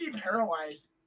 paralyzed